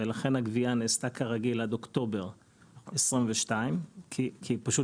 ולכן הגבייה נעשתה כרגיל עד אוקטובר 2022. "כרגיל"